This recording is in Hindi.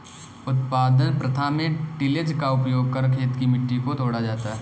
उत्पादन प्रथा में टिलेज़ का उपयोग कर खेत की मिट्टी को तोड़ा जाता है